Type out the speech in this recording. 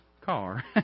car